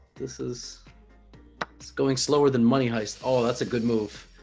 this is it's going slower than money heist oh that's a good move